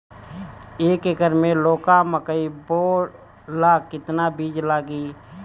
एक एकर मे लौका मकई बोवे ला कितना बिज लागी?